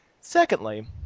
secondly